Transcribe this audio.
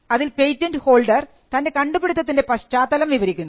അതിൽ patent holder തൻറെ കണ്ടുപിടിത്തത്തിൻറെ പശ്ചാത്തലം വിവരിക്കുന്നു